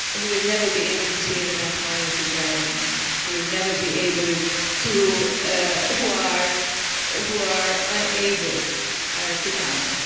who will never be able to save enough money to travel and come, who will never be able to ah who are who are unable to come.